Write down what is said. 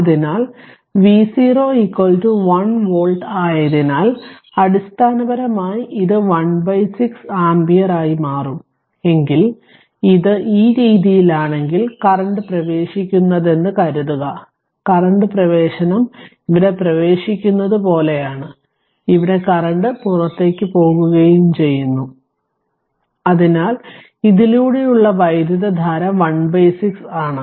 അതിനാൽ V0 1 volt ആയതിനാൽ അടിസ്ഥാനപരമായി ഇത് 1 6 ആമ്പിയർ ആയി മാറും എങ്കിൽ ഇത് ഈ രീതിയിലാണെങ്കിൽ കറന്റ് പ്രവേശിക്കുന്നതെന്നു കരുതുക കറന്റ് പ്രവേശനം ഇവിടെ പ്രവേശിക്കുന്നത് പോലെയാണ് ഇവിടെ കറന്റ് പുറത്തേക്കു പോകുകയും ചെയുന്നു അതിനാൽ ഇതിലൂടെയുള്ള വൈദ്യുതധാര 1 6 ആണ്